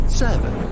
seven